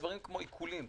דברים כמו עיקולים,